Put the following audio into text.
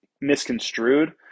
misconstrued